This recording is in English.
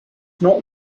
not